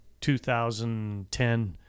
2010